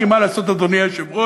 כי מה לעשות, אדוני היושב-ראש?